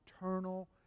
eternal